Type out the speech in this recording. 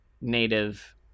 native